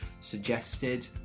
suggested